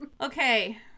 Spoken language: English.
Okay